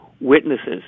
witnesses